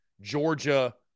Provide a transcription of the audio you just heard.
Georgia